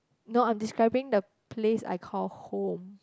no I'm describing the place I call home